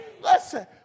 Listen